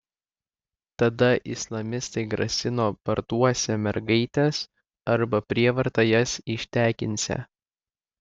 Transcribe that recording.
tada islamistai grasino parduosią mergaites arba prievarta jas ištekinsią